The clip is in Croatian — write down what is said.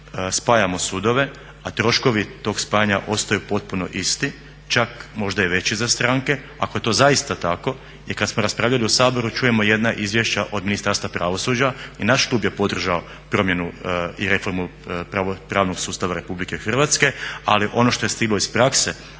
spajamo sudove a troškovi tog spajanja ostaju potpuno isti, čak možda i veći za stranke. Ako je to zaista tako, jer kada smo raspravljali u Saboru čujemo jedna izvješća od Ministarstva pravosuđa i naš klub je podržao promjenu i reformu pravnog sustava Republike Hrvatske. Ali on što je stiglo iz prakse